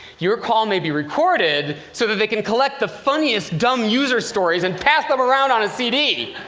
your call may be recorded so that they can collect the funniest dumb user stories and pass them around on a cd.